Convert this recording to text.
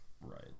right